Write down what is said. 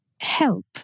help